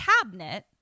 cabinet